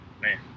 Man